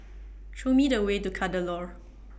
Show Me The Way to Kadaloor